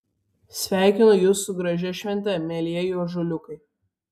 sveikinu jus su gražia švente mielieji ąžuoliukai